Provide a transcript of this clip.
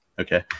Okay